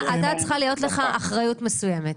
לך צריכה להיות אחריות מסוימת.